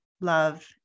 love